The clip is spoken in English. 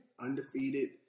undefeated